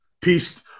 Peace